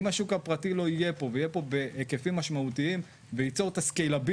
אם השוק הפרטי לא יהיה פה בהיקפים משמעותיים וייצור את ה-scalability